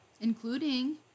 including